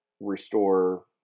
restore